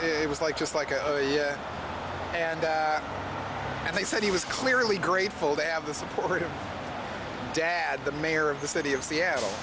it was like just like oh yeah and they said he was clearly grateful to have the support of dad the mayor of the city of seattle